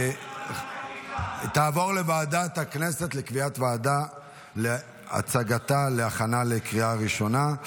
תעבור לוועדת הכנסת לקביעת ועדה להכנה לקריאה ראשונה.